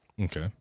Okay